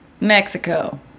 Mexico